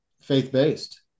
faith-based